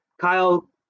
Kyle